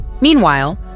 Meanwhile